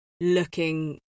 looking